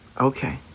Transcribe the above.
Okay